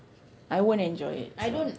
I won't enjoy it so